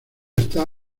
está